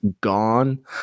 gone